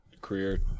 career